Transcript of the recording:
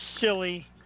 Silly